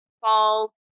fall